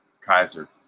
Kaiser